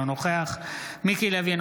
אינו נוכח מיקי לוי,